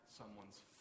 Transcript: someone's